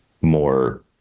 more